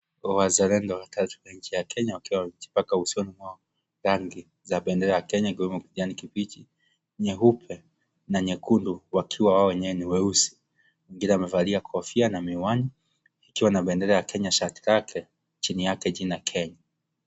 Wazalendo watatu wa nchi ya Kenya wakiwa wamejipaka usoni mwao rangi za bendera ya Kenya ikiwemo kijani kibichi, nyeupe, na nyekundu wakiwa wao wenyewe ni weusi, mwingine amevalia kofia na miwani ikiwa na bendera ya Kenya shati lake chini yake jina Kenya.